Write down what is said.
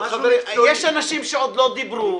חברים, יש אנשים שעוד לא דיברו.